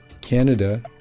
Canada